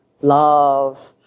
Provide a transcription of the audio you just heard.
love